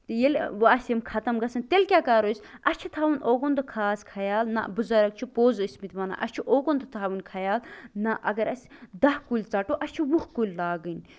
ییٚلہِ وۅنۍ اَسہِ یِم ختٕم گژھان تیٚلہِ کیٛاہ کرو أسۍ اَسہِ چھُ تھاوُن اوٚرکُن تہِ خاص خَیال نا بُزرٕگ چھُ پوٚز ٲسمٕتۍ وَنان اَسہِ چھُ اوٚرکُن تہِ تھاوُن خیال نہَ اَگر اَسہِ دَہ کُلۍ ژَٹو اَسہِ چھِ وُہ کُلۍ لاگٕنۍ